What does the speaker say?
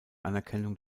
anerkennung